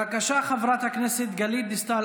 בבקשה, חברת הכנסת גלית דיסטל